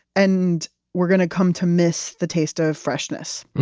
and we're going to come to miss the taste of freshness,